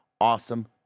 awesome